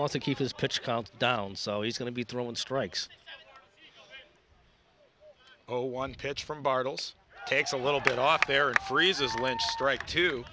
want to keep his pitch count down so he's going to be throwing strikes o one pitch from bartels takes a little bit off there and freezes lent strike to